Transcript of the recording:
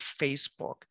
Facebook